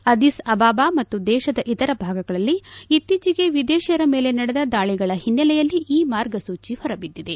Addis Ababa ಮತ್ತು ದೇಶದ ಇತರ ಭಾಗಗಳಲ್ಲಿ ಇತ್ತೀಚೆಗೆ ವಿದೇಶಿಯರ ಮೇಲೆ ನಡೆದ ದಾಳಿಗಳ ಹಿನ್ನೆಲೆಯಲ್ಲಿ ಈ ಮಾರ್ಗಸೂಚಿ ಹೊರಬಿದ್ದಿದೆ